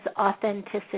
authenticity